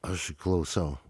aš klausau